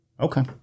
Okay